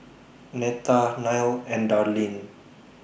Netta Nile and Darlyne